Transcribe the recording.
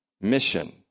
mission